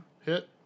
Hit